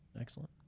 excellent